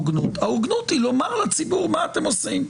ההוגנות היא לומר לציבור מה אתם עושים.